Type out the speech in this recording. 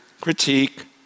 critique